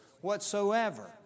whatsoever